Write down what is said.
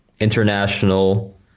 International